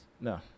No